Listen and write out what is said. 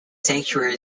sanctuary